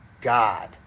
God